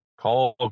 Call